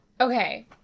Okay